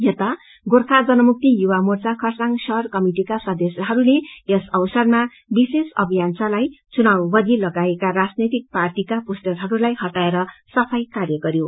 यता गोर्खा जनमुक्ति युवा मोर्चा खरसाङ शहर कमिटिका सदस्यहरूले यस अवसरमा विशेष अभियान चलाई चुनाव वधि लगाइएका राजनैतिक पार्टीका पोस्टरहरूलाई हटाएर सफाई अभियान चलायो